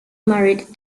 married